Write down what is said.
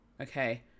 Okay